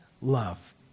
love